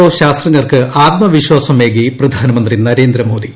O ശാസ്ത്രജ്ഞർക്ക് ആത്മവിശ്വാസമേകി പ്രധാനമന്ത്രി നരേന്ദ്രമോദി